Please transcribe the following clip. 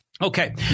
Okay